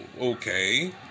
okay